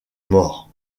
mort